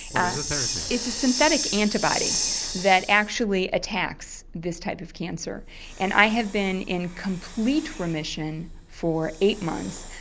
and is the therapy? it's a synthetic antibody that actually attacks this type of cancer and i have been in complete remission for eight months,